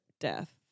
death